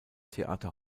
theater